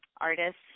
artists